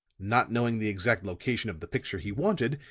not knowing the exact location of the picture he wanted,